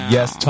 Yes